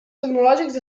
tecnològics